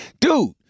dude